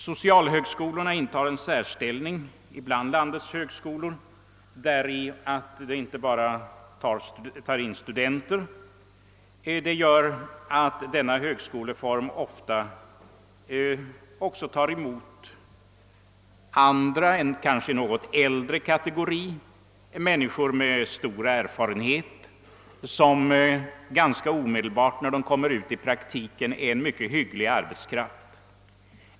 Socialhögskolorna intar en särställning bland landets högskolor därigenom att de inte tar in bara studenter utan ofta även något äldre människor med stor erfarenhet, som omedelbart när de kommer ut i praktiken är mycket bra arbetskraft.